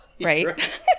right